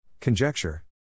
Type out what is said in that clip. Conjecture